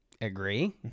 Agree